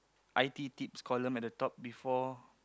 i_t tips columns at the top before